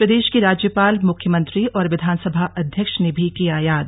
प्रदेश की राज्यपाल मुख्यमंत्री और विघानसभा अध्यक्ष ने भी किया याद